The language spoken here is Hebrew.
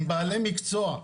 עם בעלי מקצוע,